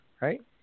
Right